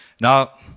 Now